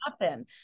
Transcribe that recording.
happen